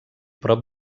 prop